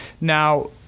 Now